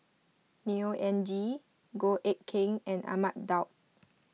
Neo Anngee Goh Eck Kheng and Ahmad Daud